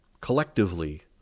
collectively